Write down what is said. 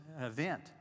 event